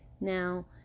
Now